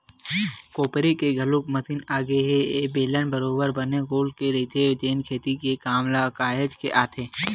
कोपरे के घलोक मसीन आगे ए ह बेलन बरोबर बने गोल के रहिथे जेन खेती के काम म काहेच के आथे